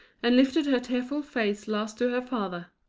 and lifted her tearful face last to her father.